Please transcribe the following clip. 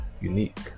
unique